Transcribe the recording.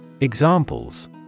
Examples